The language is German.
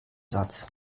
satz